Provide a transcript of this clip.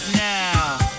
now